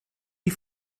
die